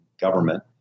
government